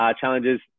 challenges